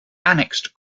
annexed